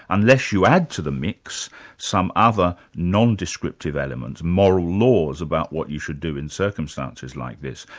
unless you add to the mix some other non-descriptive element, moral laws about what you should do in circumstances like this.